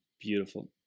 beautiful